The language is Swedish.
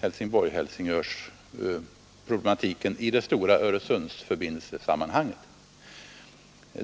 HH-problematiken i det stora Öresundsförbindelsesammanhanget.